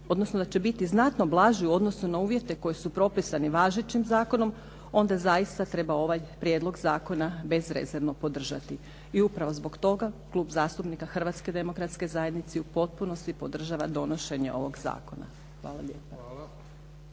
odnosno da će biti znatno blaži u odnosu na uvjete koji su propisani važećim zakonom, onda zaista treba ovaj prijedlog zakona bezrezervno podržati. I upravo zbog toga, Klub zastupnika Hrvatske demokratske zajednice u potpunosti podržava donošenje ovog zakona. Hvala lijepo.